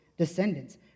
descendants